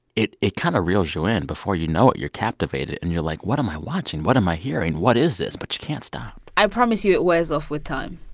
it it kind of reels you in before you know it. you're captivated. and you're like, what am i watching? what am i hearing? what is this? but you can't stop i promise you it wears off with time